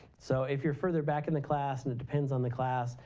so if you're further back in the class and it depends on the class,